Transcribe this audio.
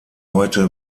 heute